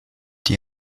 die